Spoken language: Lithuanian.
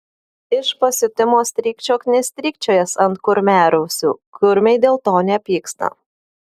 iš pasiutimo strykčiok nestrykčiojęs ant kurmiarausių kurmiai dėl to nepyksta